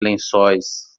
lençóis